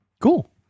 Cool